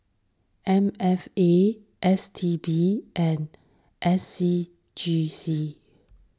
M F A S T B and S C G C